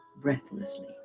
breathlessly